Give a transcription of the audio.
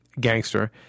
gangster